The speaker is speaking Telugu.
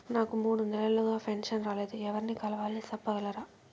నాకు మూడు నెలలుగా పెన్షన్ రాలేదు ఎవర్ని కలవాలి సెప్పగలరా?